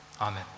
Amen